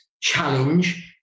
challenge